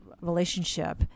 relationship